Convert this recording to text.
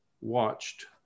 watched